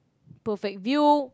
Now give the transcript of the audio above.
perfect view